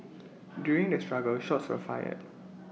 during the struggle shots were fired